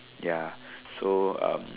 ya so um